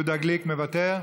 יהודה גליק, מוותר?